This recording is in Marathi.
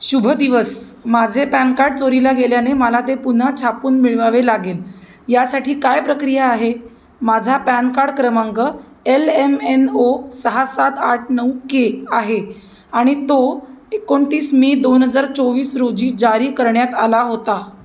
शुभ दिवस माझे पॅन कार्ड चोरीला गेल्याने मला ते पुन्हा छापून मिळवावे लागेल यासाठी काय प्रक्रिया आहे माझा पॅन कार्ड क्रमांक एल एम एन ओ सहा सात आठ नऊ के आहे आणि तो एकोणतीस मे दोन हजार चोवीस रोजी जारी करण्यात आला होता